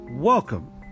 Welcome